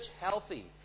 healthy